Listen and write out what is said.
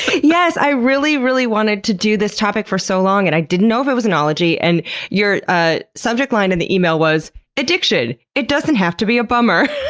yes, i really, really wanted to do this topic for so long and i didn't know if it was an ology. and your ah subject line in the email was addiction. it doesn't have to be a bummer,